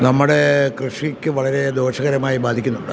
നമ്മുടെ കൃഷിക്ക് വളരെ ദോഷകരമായി ബാധിക്കുന്നുണ്ട്